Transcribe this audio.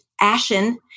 ashen